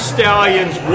Stallions